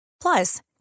Plus